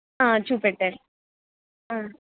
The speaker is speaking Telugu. చూపెట్టండి